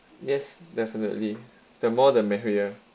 yes definitely the more the merrier